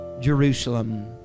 Jerusalem